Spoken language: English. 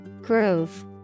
Groove